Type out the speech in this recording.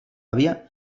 àvia